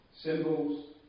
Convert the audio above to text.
Symbols